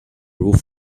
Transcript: roof